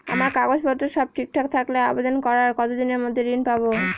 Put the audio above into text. আমার কাগজ পত্র সব ঠিকঠাক থাকলে আবেদন করার কতদিনের মধ্যে ঋণ পাব?